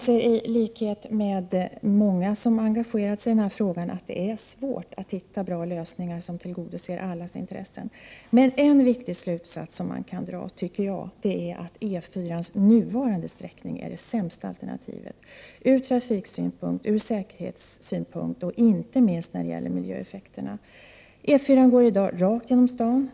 Tlikhet med många som engagerat sig i denna fråga anser jag att det är svårt att hitta bra lösningar som tillgodoser allas intressen. Men en viktig slutsats som man kan dra är att E 4-ans nuvarande sträckning är det sämsta alternativet, ur trafiksynpunkt, ur säkerhetssynpunkt och inte minst när det gäller miljöeffekterna. E 4 går i dag rakt igenom staden.